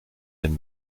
elle